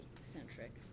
centric